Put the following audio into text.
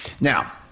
Now